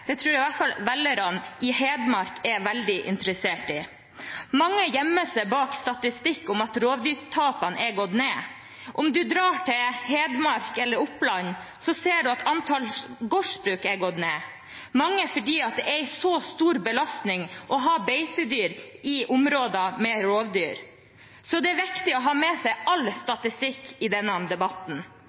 det. Det tror jeg i hvert fall velgerne i Hedmark er veldig interessert i. Mange gjemmer seg bak statistikk om at rovdyrtapene er gått ned. Om man drar til Hedmark eller Oppland, ser man at antall gårdsbruk er gått ned, mange fordi det er en så stor belastning å ha beitedyr i områder med rovdyr. Det er viktig å ha med seg all statistikk i denne debatten.